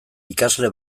ikasle